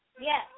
Yes